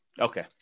Okay